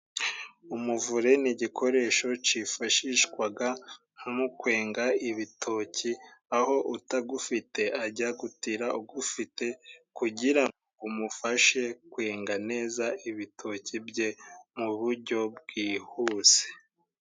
Umuvure ni igikoresho cifashishwaga mu kwenga ibitoki，aho utagufite ajya gutira ugufite， kugira ngo gumufashe kwenga neza ibitoki bye mu buryo bwihuse.